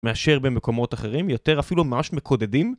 מאשר במקומות אחרים יותר אפילו ממש מקודדים